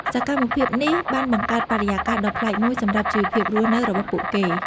សកម្មភាពនេះបានបង្កើតបរិយាកាសដ៏ប្លែកមួយសម្រាប់ជីវភាពរស់នៅរបស់ពួកគេ។